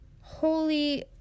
holy